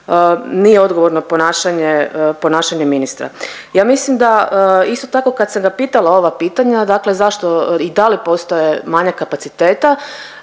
nije odgovorno ponašanje, ponašanje ministra. Ja mislim da isto tako kad sam ga pitala ova pitanja, dakle zašto i da li postoje manjak kapaciteta,